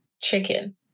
chicken